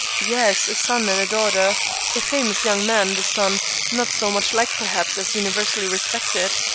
yes, a son and a daughter a famous young man, the son not so much liked, perhaps, as universally respected.